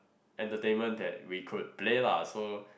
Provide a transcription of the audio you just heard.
entertainment that we could play lah so